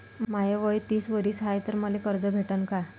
माय वय तीस वरीस हाय तर मले कर्ज भेटन का?